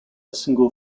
single